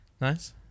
Nice